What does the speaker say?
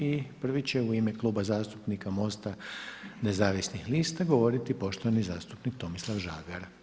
I prvi će u ime Kluba zastupnika MOST-a nezavisnih lista govoriti poštovani zastupnik Tomislav Žagar.